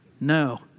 No